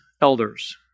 elders